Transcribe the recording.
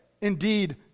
indeed